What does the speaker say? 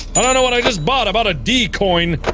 i dunno what i just bought. i bought a d coin.